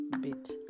bit